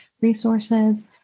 resources